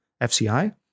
FCI